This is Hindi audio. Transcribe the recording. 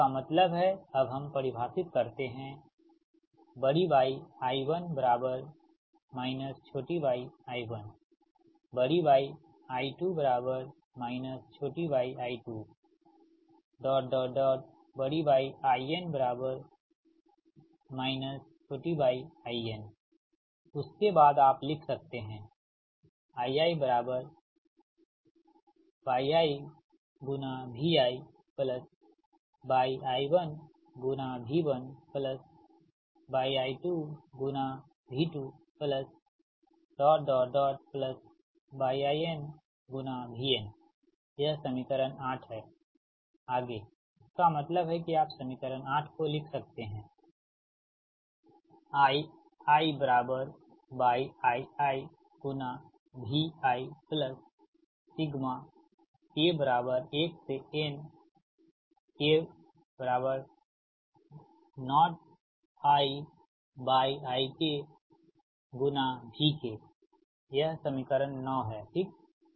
तो इसका मतलब है अब हम परिभाषित करते है Yi 1 yi 1 Yi 2 yi 2 Yi n yi n उसके बाद आप लिख सकते है IiYiiViYi 1V1Yi 2V2Yi nVn यह समीकरण 8 हैआगे इसका मतलब है कि आप समीकरण 8 को लिख सकते हैं IiYiiVik 1 k inYi k Vk यह समीकरण 9 है ठीक